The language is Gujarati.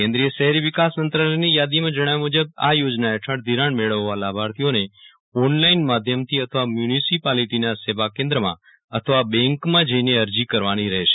કેન્દ્રિય શહેરી વિકાસ મંત્રાલયની યાદીમાં જણાવ્યા મુજબ આ યોજના હેઠળ ઘિરાણ મેળવવા લાભાર્થીને ઓનલાઈન માધ્યમથી અથવા મ્યુનીસીપાલીટીના સેવા કેન્દ્રમાં અથવા બેંકમાં જઈને અરજી કરવાની રહેશે